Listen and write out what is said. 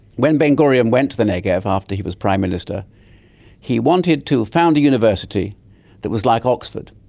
when ben gurion went to the negev after he was prime minister he wanted to found a university that was like oxford.